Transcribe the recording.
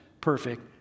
perfect